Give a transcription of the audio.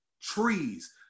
trees